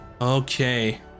okay